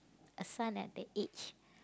a son at that age